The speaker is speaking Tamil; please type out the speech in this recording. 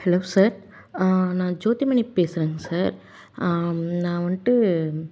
ஹலோ சார் நான் ஜோதிமணி பேசுகிறேங்க சார் நான் வந்துட்டு